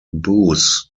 booze